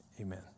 Amen